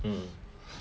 mm